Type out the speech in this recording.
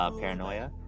paranoia